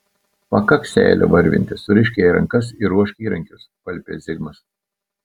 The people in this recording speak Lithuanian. pakaks seilę varvinti surišk jai rankas ir ruošk įrankius paliepė zigmas